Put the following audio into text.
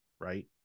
right